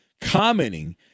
commenting